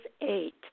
eight